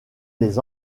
les